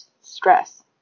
stress